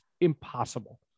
impossible